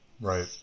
right